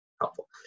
helpful